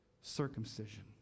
circumcision